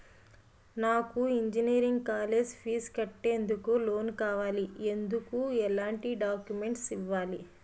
నాకు engineering college fees కట్టేందుకు loan కావాలి, ఎందుకు ఎలాంటి డాక్యుమెంట్స్ ఇవ్వాలి?